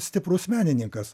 stiprus menininkas